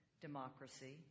democracy